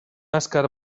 azkar